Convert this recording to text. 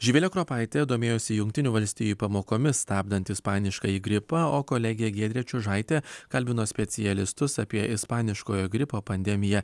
živilė kropaitė domėjosi jungtinių valstijų pamokomis stabdant ispaniškąjį gripą o kolegė giedrė čiužaitė kalbino specialistus apie ispaniškojo gripo pandemiją